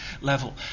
level